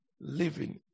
living